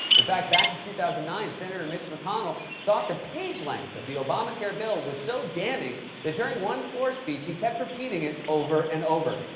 in fact, back in two thousand and nine, senator mitch mcconnell thought the page length of the obamacare bill was so damning that during one floor speech, he kept repeating it over and over.